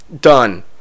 Done